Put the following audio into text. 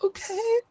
Okay